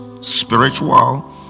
spiritual